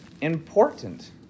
important